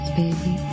baby